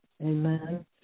amen